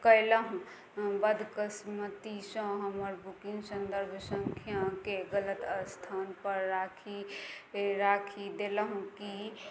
कएलहुँ बदकिस्मतीसँ हमर बुकिन्ग सन्दर्भ सँख्याके गलत अस्थानपर राखि राखि देलहुँ कि